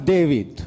David